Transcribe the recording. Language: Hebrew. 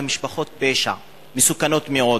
במשפחות פשע מסוכנות מאוד,